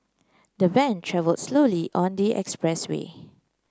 the van travelled slowly on the expressway